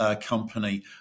company